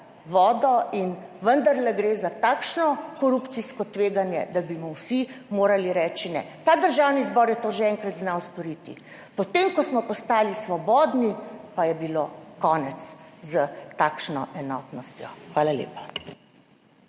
vodo in vendarle gre za takšno korupcijsko tveganje, da bi mu vsi morali reči ne. Ta Državni zbor je to že enkrat znal storiti, potem ko smo postali svobodni, pa je bilo konec s takšno enotnostjo. Hvala lepa.